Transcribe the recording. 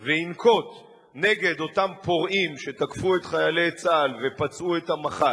וינקוט נגד אותם פורעים שתקפו את חיילי צה"ל ופצעו את המח"ט,